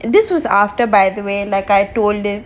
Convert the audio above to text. this was after by the way like I told it